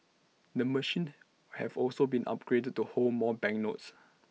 the machines have also been upgraded to hold more banknotes